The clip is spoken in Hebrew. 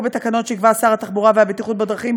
בתקנות שיקבע שר התחבורה והבטיחות בדרכים,